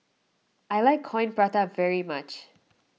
I like Coin Prata very much